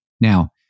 Now